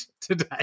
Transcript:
today